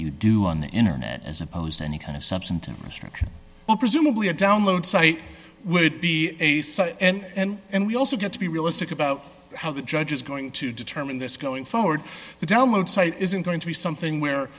you do on the internet as opposed to any kind of substantive instruction or presumably a download site would be and and we also get to be realistic about how the judge is going to determine this going forward the download site isn't going to be something where